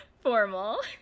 formal